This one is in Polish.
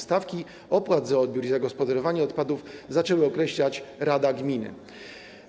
Stawki opłat za odbiór i zagospodarowanie odpadów zaczęły określać rady gminy.